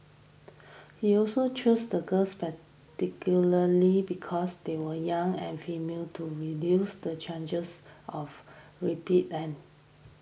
he also chose the girls spectacularly because they were young and female to reduce the changes of